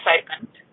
excitement